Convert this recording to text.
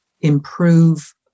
improve